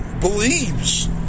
believes